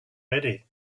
ready